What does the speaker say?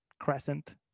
crescent